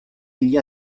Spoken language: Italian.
gli